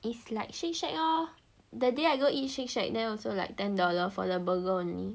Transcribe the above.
it's like Shake Shack lor that day I go eat Shake Shack there also like ten dollar for the burger only